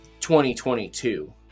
2022